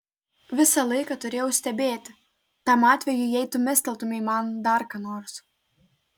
visą laiką turėjau stebėti tam atvejui jei tu mesteltumei man dar ką nors